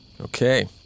Okay